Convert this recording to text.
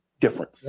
different